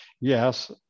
yes